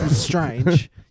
strange